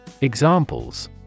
Examples